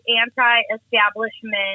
anti-establishment